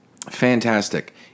Fantastic